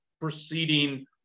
proceeding